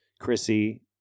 Chrissy